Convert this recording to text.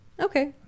Okay